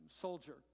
soldier